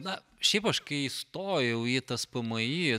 na šiaip aš kai įstojau į tas tspmi